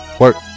work